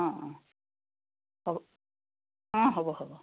অঁ অঁ হ'ব অঁ হ'ব হ'ব